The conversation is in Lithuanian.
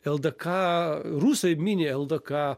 eldėka rusai mini eldėka